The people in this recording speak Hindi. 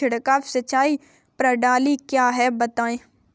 छिड़काव सिंचाई प्रणाली क्या है बताएँ?